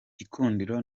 gikundiro